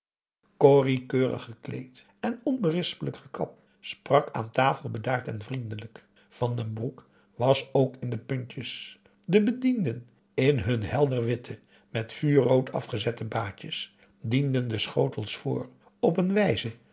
corrie keurig gekleed en onberispelijk gekapt sprak p a daum hoe hij raad van indië werd onder ps maurits aan tafel bedaard en vriendelijk van den broek was ook in de puntjes de bedienden in hun helderwitte met vuurrood afgezette baadjes dienden de schotels voor op een wijze